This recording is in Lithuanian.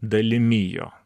dalimi jo